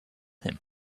him